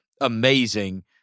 amazing